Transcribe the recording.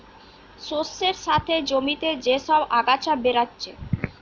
শস্যের সাথে জমিতে যে সব আগাছা বেরাচ্ছে